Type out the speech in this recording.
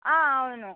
అవును